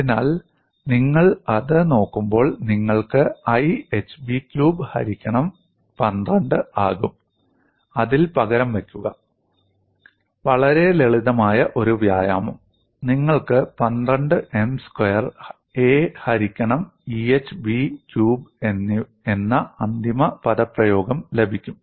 അതിനാൽ നിങ്ങൾ അത് നോക്കുമ്പോൾ നിങ്ങൾക്ക് 'I' hb ക്യൂബ് ഹരിക്കണം 12 ആകും അതിൽ പകരം വയ്ക്കുക വളരെ ലളിതമായ ഒരു വ്യായാമം നിങ്ങൾക്ക് 12 M സ്ക്വയർ a ഹരിക്കണം Eh B ക്യൂബ് എന്ന അന്തിമ പദപ്രയോഗം ലഭിക്കും